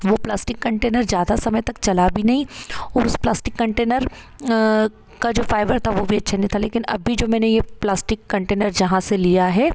वो plastic container ज़्यादा समय तक चला भी नहीं और उस प्लास्टिक कंटेनर का जो फ़ाइबर था वो भी अच्छा नहीं था लेकिन अभी जो मैंने ये प्लास्टिक कंटेनर जहाँ से लिया है